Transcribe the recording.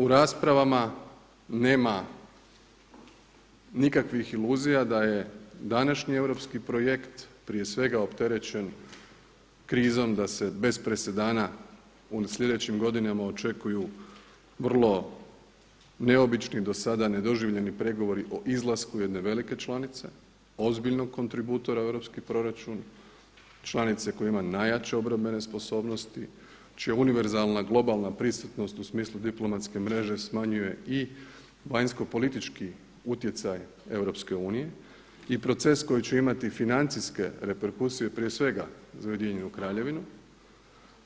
U raspravama nema nikakvih iluzija da je današnji europski projekt prije svega opterećen krizom da se bez presedana u sljedećim godinama očekuju vrlo neobični, do sada nedoživljeni pregovori o izlasku jedne velike članice, ozbiljnog kontributora u europski proračun, članice koja ima najjače obrambene sposobnosti, čija univerzalna globalna prisutnost u smislu diplomatske mreže smanjuje i vanjsko-politički utjecaj EU i proces koji će imati financijske reperkusije prije svega za Ujedinjenu Kraljevinu